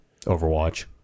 Overwatch